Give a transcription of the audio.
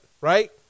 Right